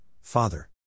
Father